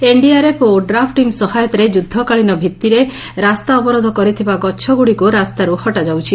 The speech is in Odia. ଏନଡିଆରଏଫ ଓ ଓଡ୍ରାଫ ଟିମ ସହାୟତାରେ ଯୁଦ୍ଧ କାଳୀନ ଭିତିରେ ରାସ୍ତା ଅବରୋଧ କରିଥିବା ଗଛ ଗୁଡିକୁ ରାସ୍ତାରୁ ହଟାଯାଉଛି